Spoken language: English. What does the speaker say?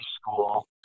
school